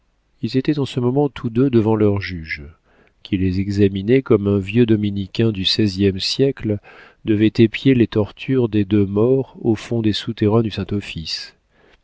ils étaient en ce moment tous deux devant leur juge qui les examinait comme un vieux dominicain du seizième siècle devait épier les tortures de deux maures au fond des souterrains du